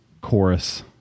chorus